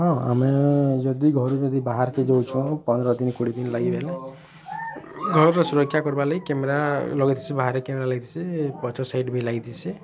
ହଁ ଆମେ ଯଦି ଘରୁ ବାହାରକେ ଯଉଛୁଁ ପନ୍ଦର୍ ଦିନ୍ କୋଡ଼ିଏ ଦିନ୍ ଲାଗି ଘର୍ର ସୁରକ୍ଷା କର୍ବାର୍ ଲାଗି କ୍ୟାମେରା ଲଗେଥିସୁଁ ବାହାର୍ କେ ସେ ପଛ ସେଇଟ୍ କେ ବି ଲାଗିଚେ